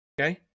Okay